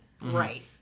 right